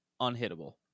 unhittable